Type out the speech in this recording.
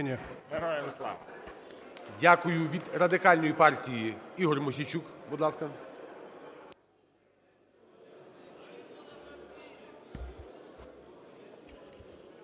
Дякую. Від Радикальної партії Ігор Мосійчук,